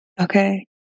Okay